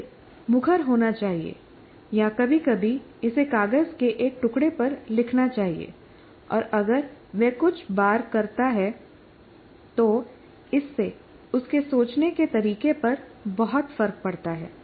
उसे मुखर होना चाहिए या कभी कभी इसे कागज के एक टुकड़े पर लिखना चाहिए और अगर वह कुछ बार करता है तो इससे उसके सोचने के तरीके पर बहुत फर्क पड़ता है